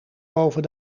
boven